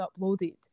uploaded